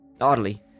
Oddly